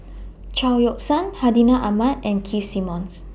Chao Yoke San Hartinah Ahmad and Keith Simmons